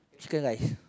chicken rice